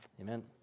Amen